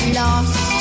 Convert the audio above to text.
lost